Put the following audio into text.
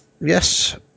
yes